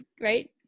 Right